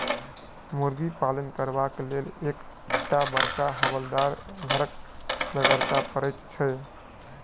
मुर्गी पालन करबाक लेल एक टा बड़का हवादार घरक बेगरता पड़ैत छै